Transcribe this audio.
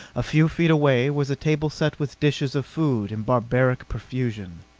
a few feet away was a table set with dishes of food in barbaric profusion.